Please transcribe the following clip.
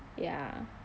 ya